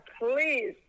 please